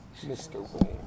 Mr